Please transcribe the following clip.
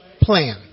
plan